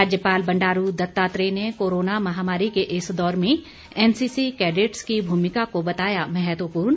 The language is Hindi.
राज्यपाल बंडारू दत्तात्रेय ने कोरोना महामारी के इस दौर में एनसीसी कैडेट्स की भूमिका को बताया महत्वपूर्ण